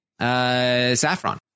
Saffron